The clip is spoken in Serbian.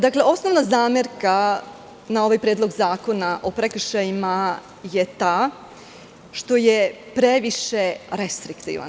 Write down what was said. Dakle, osnovna zamerka na ovaj predlog zakona o prekršajima je ta što je previše restriktivan.